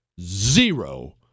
Zero